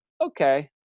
okay